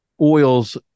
oils